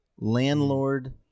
landlord